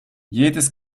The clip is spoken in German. jedes